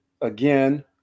again